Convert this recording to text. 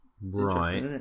Right